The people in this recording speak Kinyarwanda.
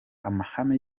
amahame